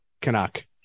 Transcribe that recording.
Canuck